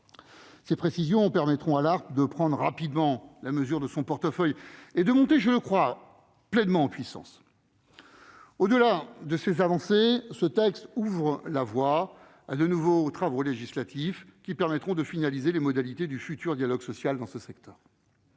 de sorte qu'il pourra prendre rapidement la mesure de son portefeuille et monter pleinement en puissance. Au-delà de ces avancées, ce texte ouvre la voie à de nouveaux travaux législatifs, qui permettront de finaliser les modalités du futur dialogue social dans ce secteur.